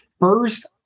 first